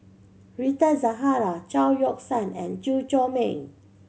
Rita Zahara Chao Yoke San and Chew Chor Meng